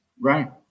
right